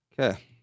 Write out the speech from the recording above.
Okay